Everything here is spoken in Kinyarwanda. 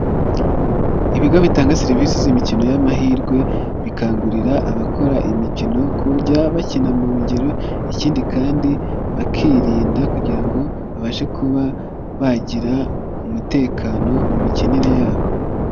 Ibigo bitanga serivisi z'imikino y'amahirwe, bikangurira abakora iyo mikino kujya bakina mu rugero, ikindi kandi bakirinda kugira ngo babashe kuba bagira umutekano mu mikinire yabo.